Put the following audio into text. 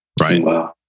Right